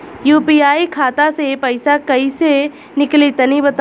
UPI खाता से पइसा कइसे निकली तनि बताई?